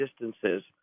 distances